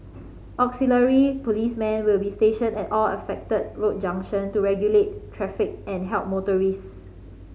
auxiliary policemen will be stationed at all affected road junction to regulate traffic and help motorists